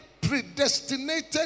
predestinated